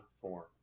form